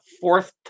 fourth